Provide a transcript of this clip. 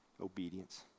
obedience